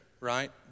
right